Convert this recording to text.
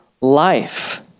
life